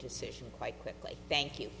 decision quite quickly thank you